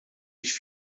ich